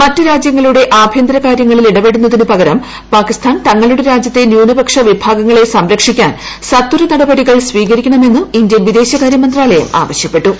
മറ്റു രാജ്യങ്ങളുടെ ആഭ്യന്തര കാര്യങ്ങളിൽ ഇടപെടുന്നതിനു പകരം പാകിസ്ഥാൻ തങ്ങളുടെ രാജ്യത്തെ ന്യൂനപക്ഷ വിഭാഗങ്ങളെ സംരക്ഷിക്കാൻ സത്വര നടപടികൾ സ്വീകരിക്കണമെന്നും ഇന്ത്യൻ വിദേശകാര്യമന്ത്രാലയം ആവശ്യപ്പെട്ടു